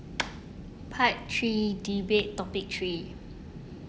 part three debate topic three